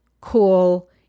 cool